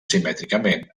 simètricament